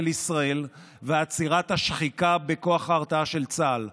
ישראל ולעצירת השחיקה בכוח ההרתעה של צה"ל,